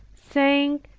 saying,